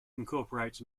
incorporates